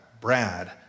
Brad